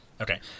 Okay